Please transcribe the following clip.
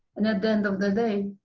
and at the end of the day,